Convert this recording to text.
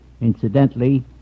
Incidentally